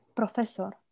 profesor